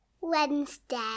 Wednesday